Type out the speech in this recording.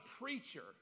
preacher